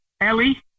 Ellie